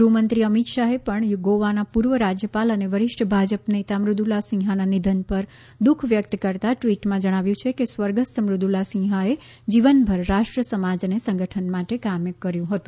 ગૃહ્મંત્રી અમિત શાહે પણ ગોવાના પૂર્વ રાજ્યપાલ અને વરિષ્ઠ ભાજપ નેતા મુદૂલા સિંહાના નિધન પર દુઃખ વ્યક્ત કરતાં એક ટ્વીટમાં જણાવ્યું છે કે સ્વર્ગસ્થ મૃદ્દલા સિંહાએ જીવનભર રાષ્ટ્ર સમાજ અને સંગઠન માટે કામ કર્યુ હતું